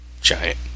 giant